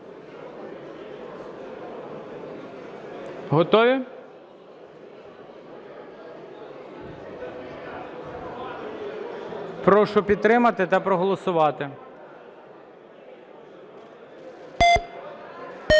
Готові? Прошу підтримати та проголосувати.